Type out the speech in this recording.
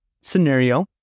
scenario